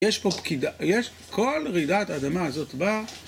יש פה פקידה, יש כל רעידת אדמה הזאת באה